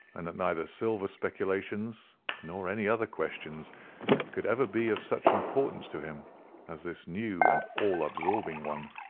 and that neither silver speculations nor any other questions could ever be of such importance to him as this new and all-absorbing one.